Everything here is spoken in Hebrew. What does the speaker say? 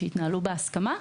והתנהלו בהסכמה.